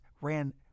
ran